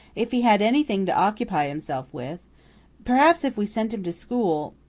if he had anything to occupy himself with perhaps if we sent him to school